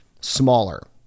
smaller